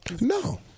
No